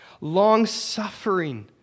long-suffering